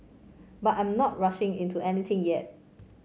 but I'm not rushing into anything yet